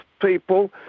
people